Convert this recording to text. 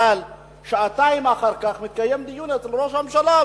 אבל שעתיים אחר כך מתקיים דיון אצל ראש הממשלה,